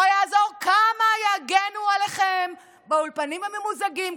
לא יעזור כמה יגנו עליכם באולפנים הממוזגים,